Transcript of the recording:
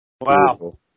Wow